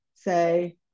say